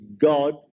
God